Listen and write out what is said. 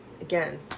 again